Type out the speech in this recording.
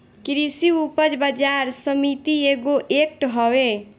कृषि उपज बाजार समिति एगो एक्ट हवे